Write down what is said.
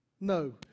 No